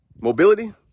Mobility